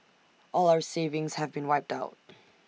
all our savings have been wiped out